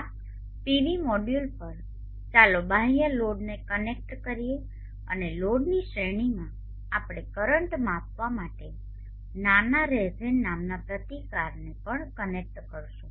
આ PV module પર ચાલો બાહ્ય લોડને કનેક્ટ કરીએ અને લોડની શ્રેણીમાં આપણે કરન્ટ માપવા માટે નાના રેઝેન નામના પ્રતિકારને પણ કનેક્ટ કરીશું